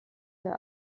der